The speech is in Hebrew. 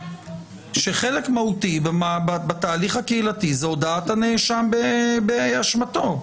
שחלק מהותי בתהליך הקהילתי הוא הודאת הנאשם באשמתו?